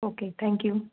okay thank you